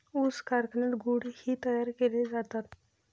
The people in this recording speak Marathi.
ऊस कारखान्यात गुळ ही तयार केले जातात